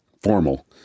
formal